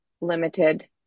limited